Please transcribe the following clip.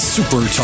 Super